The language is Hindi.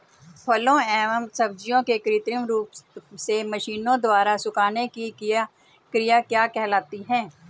फलों एवं सब्जियों के कृत्रिम रूप से मशीनों द्वारा सुखाने की क्रिया क्या कहलाती है?